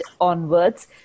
onwards